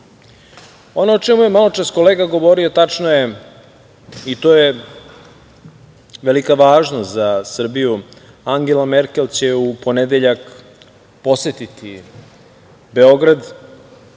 o čemu je maločas kolega govorio tačno je i to je velika važnost za Srbiju, Angela Merkel će u ponedeljak posetiti Beograd,